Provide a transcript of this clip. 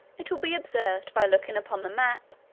it will be observed by looking upon the map,